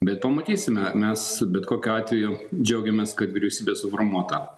bet pamatysime mes bet kokiu atveju džiaugiamės kad vyriausybė suformuota